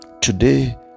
today